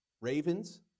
Ravens